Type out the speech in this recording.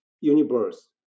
universe